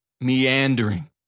meandering